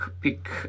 pick